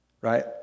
right